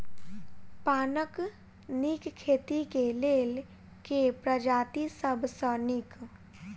पानक नीक खेती केँ लेल केँ प्रजाति सब सऽ नीक?